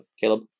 Caleb